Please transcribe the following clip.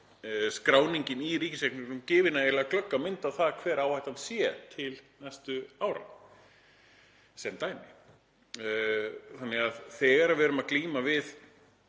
skráningin í ríkisreikningnum gefi nægilega glögga mynd af því hver áhættan sé til næstu ára sem dæmi. Það þegar við erum að glíma við